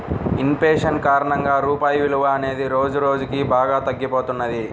in fashion కారణంగా రూపాయి విలువ అనేది రోజురోజుకీ బాగా తగ్గిపోతున్నది